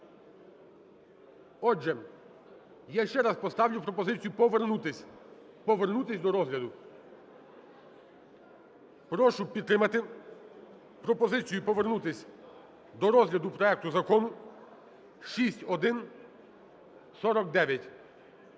Отже, я ще раз поставлю пропозицію повернутись, повернутись до розгляду. Прошу підтримати пропозицію повернутись до розгляду проекту Закону 6149.